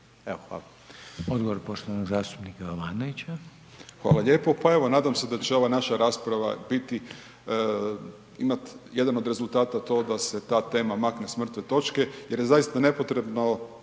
Jovanovića. **Jovanović, Željko (SDP)** Hvala lijepo, pa evo nadam se da će ova naša rasprava biti, imat jedan od rezultata to da se ta tema makne s mrtve točke jer je zaista nepotrebno,